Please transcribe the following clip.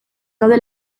gaude